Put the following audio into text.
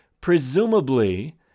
Presumably